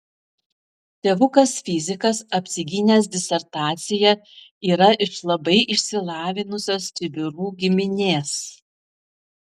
tėvukas fizikas apsigynęs disertaciją yra iš labai išsilavinusios čibirų giminės